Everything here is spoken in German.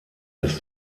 des